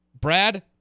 Brad